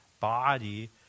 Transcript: body